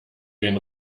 den